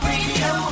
Radio